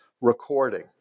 recording